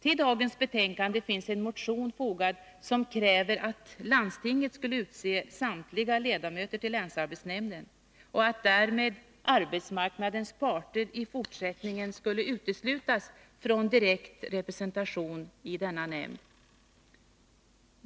Till det betänkande som vi i dag behandlar finns en motion fogad som kräver att landstinget skall utse samtliga ledamöter till länsarbetsnämnden och att därmed arbetsmarknadens parter i fortsättningen skall uteslutas från direkt representation i denna nämnd.